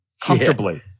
comfortably